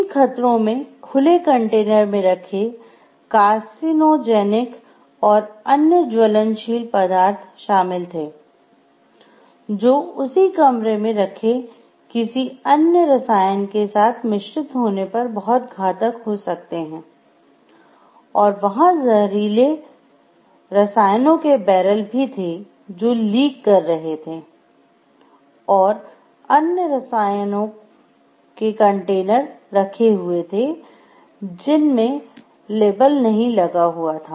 इन खतरों में खुले कंटेनर में रखे कार्सिनोजेनिक शामिल थे जो उसी कमरे में रखे किसी अन्य रसायन के साथ मिश्रित होने पर बहुत घातक हो सकते हैं और वहां जहरीले रसायनों के बैरल भी थे जो लीक कर रहे थे और अन्य रसायनों कंटेनर रखे हुए थे जिनमे लेबल नहीं लगा हुआ था